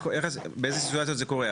באיזה סיטואציות זה קורה?